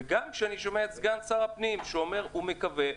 וגם כשאני שומע את סגן שר הפנים שהוא אומר שהוא מקווה,